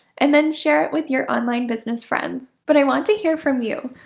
and then share with your online business friends. but i want to hear from you.